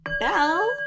bell